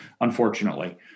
unfortunately